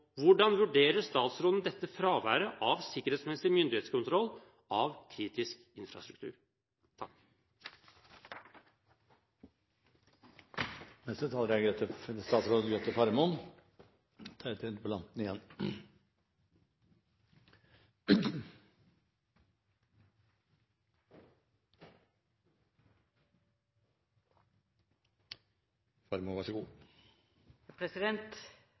Hvordan vurderer statsråden dette fraværet av sikkerhetsmessig myndighetskontroll av kritisk infrastruktur?